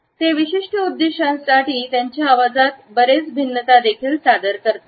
ते विशिष्ट उद्दीष्टांसाठी त्यांच्या आवाजात बरेच भिन्नता देखील सादर करतात